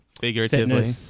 figuratively